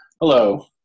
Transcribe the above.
Hello